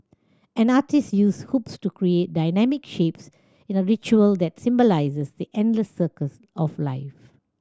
an artiste use hoops to create dynamic shapes in a ritual that symbolises the endless circles of life